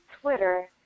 Twitter